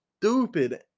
stupid